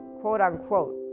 quote-unquote